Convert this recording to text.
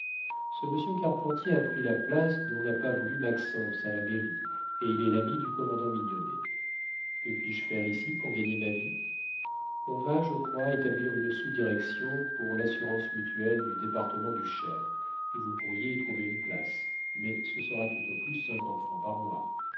ce monsieur carpentier a pris la place dont n'a pas voulu maxence à la mairie et il est l'ami du commandant mignonnet que puis-je faire ici pour gagner ma vie on va je crois établir une sous direction pour l'assurance mutuelle du département du cher et vous pourriez y trouver une place mais ce sera tout au plus cinquante francs par mois